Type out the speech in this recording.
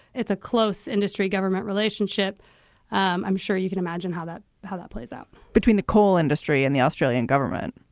it's a close industry industry government relationship i'm i'm sure you can imagine how that how that plays out between the coal industry and the australian government.